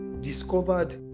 discovered